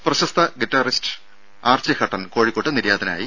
രുഭ പ്രശസ്ത guitarist Archie Hutton കോഴിക്കോട്ട് നിര്യാതനായി